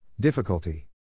Difficulty